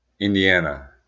Indiana